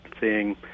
seeing